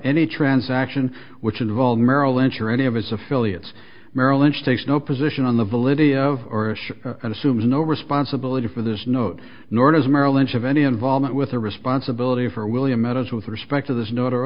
any transaction which involved merrill lynch or any of its affiliates merrill lynch takes no position on the validity of or issue and assumes no responsibility for this note nor does merrill lynch have any involvement with the responsibility for william meadows with respect to this not